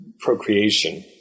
procreation